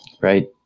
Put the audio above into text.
right